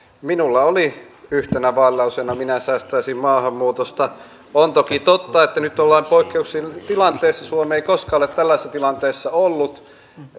minulla oli yhtenä vaalilauseena minä säästäisin maahanmuutosta on toki totta että nyt ollaan poikkeuksellisessa tilanteessa suomi ei koskaan ole tällaisessa tilanteessa ollut